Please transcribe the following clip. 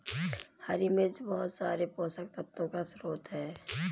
हरी मिर्च बहुत सारे पोषक तत्वों का स्रोत है